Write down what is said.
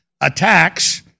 attacks